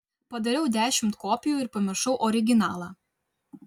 padariau dešimt kopijų ir pamiršau originalą